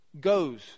goes